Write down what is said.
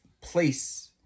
place